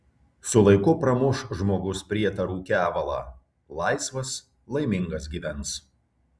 su laiku pramuš žmogus prietarų kevalą laisvas laimingas gyvens